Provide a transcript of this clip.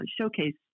showcase